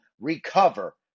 recover